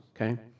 okay